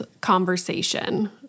conversation